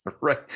Right